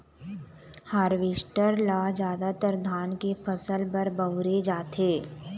harvester ल जादातर धान के फसल बर बउरे जाथे